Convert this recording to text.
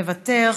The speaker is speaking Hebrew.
מוותר,